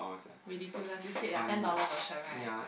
ridiculous you said lah ten dollar per shirt right